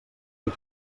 qui